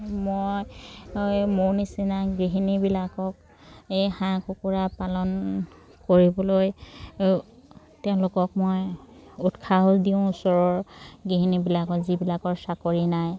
মই মোৰ নিচিনা গৃহিণীবিলাকক এই হাঁহ কুকুৰা পালন কৰিবলৈ তেওঁলোকক মই উৎসাহো দিওঁ ওচৰৰ গৃহিণীবিলাকক যিবিলাকৰ চাকৰি নাই